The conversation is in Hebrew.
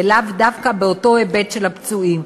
ולאו דווקא באותו היבט של הפצועים.